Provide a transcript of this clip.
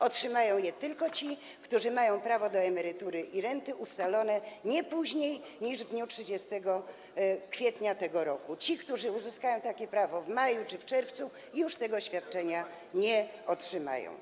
Otrzymają je tylko ci, którzy mają prawo do emerytury i renty ustalone nie później niż w dniu 30 kwietnia br. Ci, którzy uzyskają takie prawo w maju czy w czerwcu, już go nie otrzymają.